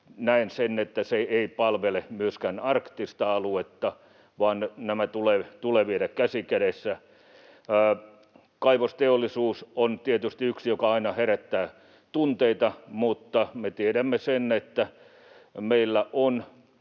näen, että se ei palvele myöskään arktista aluetta, vaan nämä tulee viedä käsi kädessä. Kaivosteollisuus on tietysti yksi, joka aina herättää tunteita. Me tiedämme sen, että meillä on